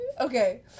Okay